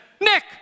Nick